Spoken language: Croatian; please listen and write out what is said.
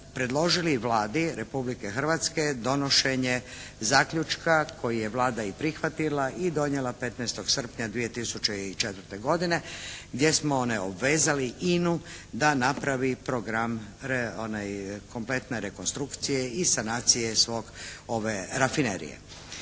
predložili Vladi Republike Hrvatske donošenje zaključka koji je Vlada i prihvatila i donijela 15. srpnja 2004. godine gdje smo obvezali INA-u da napravi program kompletne rekonstrukcije i sanacije rafinerije.